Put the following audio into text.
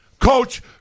coach